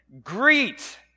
Greet